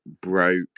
broke